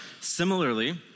similarly